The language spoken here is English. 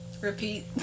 Repeat